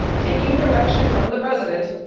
taking direction from the president,